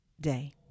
day